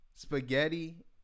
Spaghetti